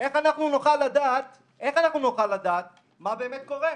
איך אנחנו נוכל לדעת מה באמת קורה?